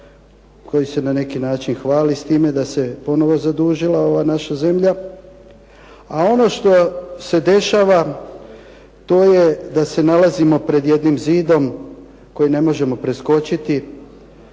koji se na neki način hvali s time da se ponovno zadužila ova naša zemlja. A ono što se dešava to je da se nalazimo pred jednim zidom koji ne možemo preskočiti,